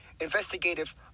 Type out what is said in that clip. investigative